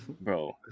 Bro